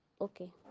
okay